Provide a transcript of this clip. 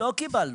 לא קיבלנו.